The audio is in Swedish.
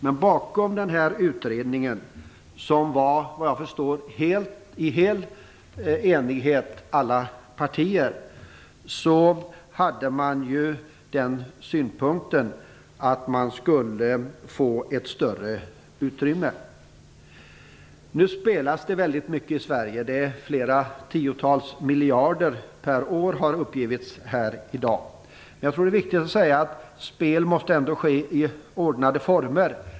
Men i utredningen, som var helt enig, hade man den synpunkten att folkrörelserna skulle få ett större utrymme. Nu spelas det väldigt mycket i Sverige. Det handlar om flera tiotals miljarder per år - det har uppgivits här i dag. Jag tror att det är viktigt att säga att spel ändå måste ske i ordnade former.